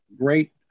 great